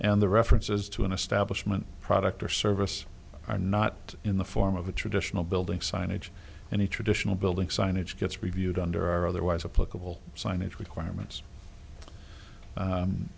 and the references to an establishment product or service are not in the form of a traditional building signage and a traditional building signage gets reviewed under our otherwise a political signage requirements